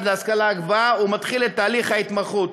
להשכלה גבוהה הוא מתחיל את תהליך ההתמחות.